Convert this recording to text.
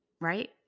right